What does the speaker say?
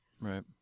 Right